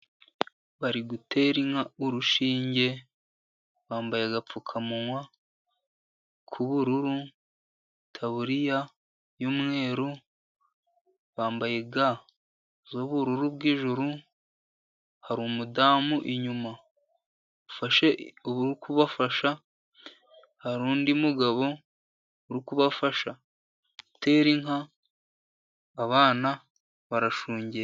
Bari gutera inka urushinge bambaye agapfukamunwa k'ubururu, itaburiya y'umweru, bambaye ga z'ubururu bw'ijuru. Hari umudamu inyuma ufashe uri kubafasha hari undi mugabo uri kubafasha gutera inka abana barashunge...